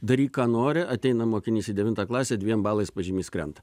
daryk ką nori ateina mokinys į devintą klasę dviem balais pažymys krenta